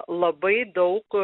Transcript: labai daug